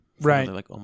Right